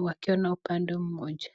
wakiona upande mmoja.